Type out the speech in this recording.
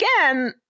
again